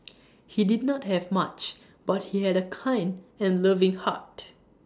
he did not have much but he had A kind and loving heart